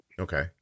Okay